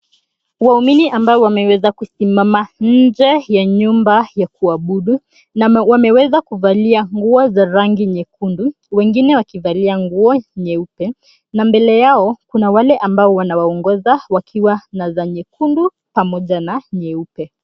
Waumini ambao wameweza kusimama nje ya nyumba ya kuabudu na wameweza kuvalia nguo za rangi nyekundu wengine wakivalia nguo nyeupe na mbele yao kuna wale ambao wanawaongoza wakiwa na za nyekundu pamoja na nyeupe.